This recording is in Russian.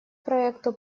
проекту